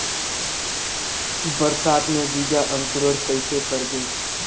बरसात मे बीजा अंकुरण कइसे करबो?